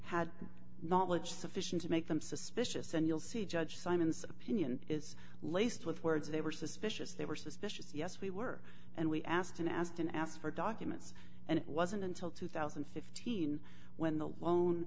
had knowledge sufficient to make them suspicious and you'll see judge simon's opinion is laced with words they were suspicious they were suspicious yes we were and we asked and asked and asked for documents and it wasn't until two thousand and fifteen when the